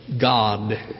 God